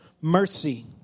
mercy